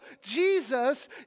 Jesus